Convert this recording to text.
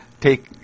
take